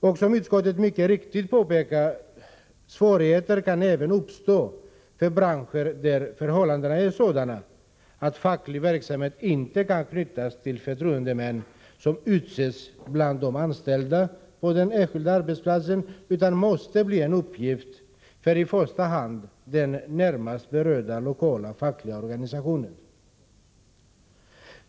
Och, som utskottet mycket riktigt påpekar, kan svårigheter även uppstå i branscher där förhållandena är sådana att facklig verksamhet inte kan knytas till förtroendemän som utses bland de anställda på den enskilda arbetsplatsen utan måste bli en uppgift för i första hand den närmast berörda lokala fackliga organisationen.